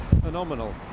phenomenal